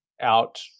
out